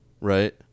right